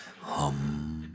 hum